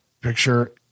picture